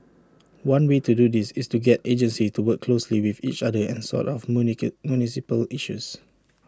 one way to do this is to get agencies to work closely with each other and sort of municipal issues